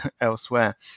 elsewhere